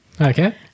Okay